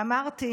ואמרתי: